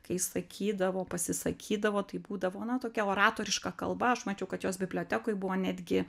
kai sakydavo pasisakydavo tai būdavo na tokia oratoriška kalba aš mačiau kad jos bibliotekoj buvo netgi